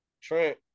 Trent